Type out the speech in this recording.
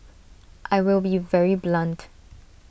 I will be very blunt